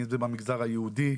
אם זה במגזר היהודי,